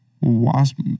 wasp